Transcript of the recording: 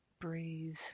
Breathe